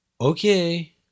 okay